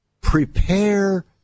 prepare